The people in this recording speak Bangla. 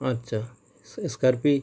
আচ্ছা এস এসস্কারপি